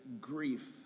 grief